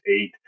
eight